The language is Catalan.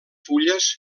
fulles